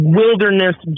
wilderness